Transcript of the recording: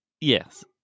Yes